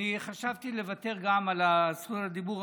חשבתי לוותר על זכות הדיבור,